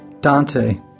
Dante